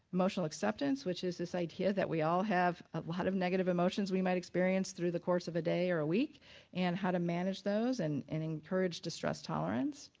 emotional acceptance which is this idea that we all have a lot of negative emotions we might experience through the course of a day or week and how to manage those and and encourage distress tolerance.